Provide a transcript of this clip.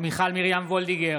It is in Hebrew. מיכל מרים וולדיגר,